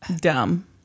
Dumb